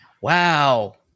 wow